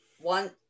one